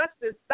Justice